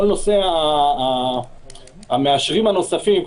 כל נושא המאשרים הנוספים,